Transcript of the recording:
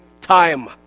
time